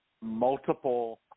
multiple